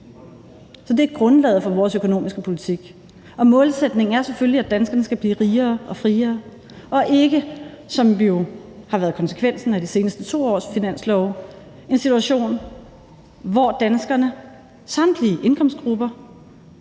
det er grundlaget for vores økonomiske politik. Målsætningen er selvfølgelig, at danskerne skal blive rigere og friere, og ikke, hvilket jo har været konsekvensen af de sidste 2 års finanslove, en situation, hvor danskerne – samtlige indkomstgrupper